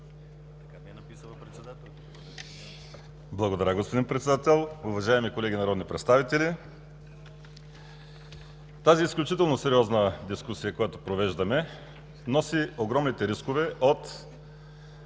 ВАЛЕРИ СИМЕОНОВ (ПФ): Благодаря, господин Председател. Уважаеми колеги народни представители! Тази изключително сериозна дискусия, която провеждаме, носи огромните рискове от